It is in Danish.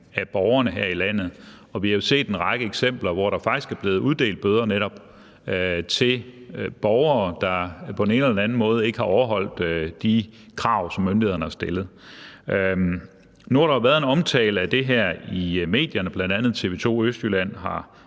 af borgerne her i landet. Og vi har jo set en række eksempler på, at der faktisk er blevet uddelt bøder netop til borgere, der på den ene eller den anden måde ikke har overholdt de krav, som myndighederne har stillet. Nu har der jo været en omtale af det her i medierne, bl.a. TV2 ØSTJYLLAND har